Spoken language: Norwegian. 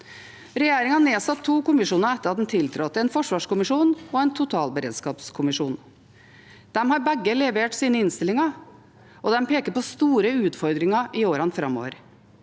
Regjeringen har nedsatt to kommisjoner etter at den tiltrådte: en forsvarskommisjon og en totalberedskapskommisjon. De har begge levert sine innstillinger, og de peker på store utfordringer i årene framover.